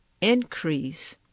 increase